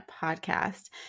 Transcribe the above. podcast